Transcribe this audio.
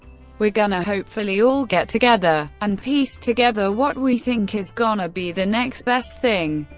we're gonna hopefully all get together and piece together what we think is gonna be the next best thing.